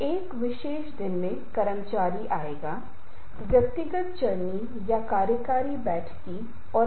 इसलिए यह देखते हुए कि हम भी समझौता करते हैं और सोचते हैं कि शायद यह सबसे अच्छा तरीका है